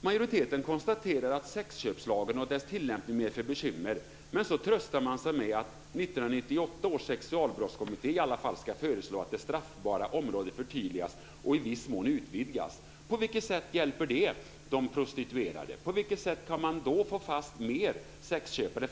Majoriteten konstaterar att sexköpslagen och dess tillämpning medför bekymmer, men man tröstar sig med att 1998 års sexualbrottskommitté i alla fall ska föreslå att det straffbara området förtydligas och i viss mån utvidgas. På vilket sätt hjälper det de prostituerade? På vilket sätt kan man då få fast fler sexköpare?